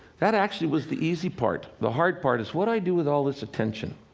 that, actually, was the easy part. the hard part is, what do i do with all this attention?